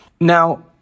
Now